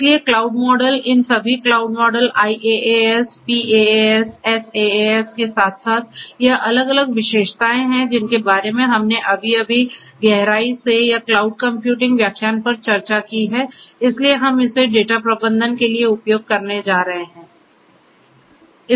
इसलिए cloud model इन सभी cloud model IaaS PaaS SaaS के साथ साथ यह अलग अलग विशेषताएं हैं जिनके बारे में हमने अभी अभी गहराई से या क्लाउड कंप्यूटिंग व्याख्यान पर चर्चा की है इसलिए हम इसे डेटा प्रबंधन के लिए उपयोग करने जा रहे हैं